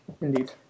indeed